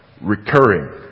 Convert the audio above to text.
recurring